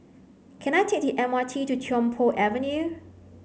can I take the M R T to Tiong Poh Avenue